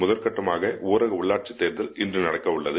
முதல்கட்டமாக ஊரக உள்ளாட்சித் தேர்தல் இன்று நடைபெறவுள்ளது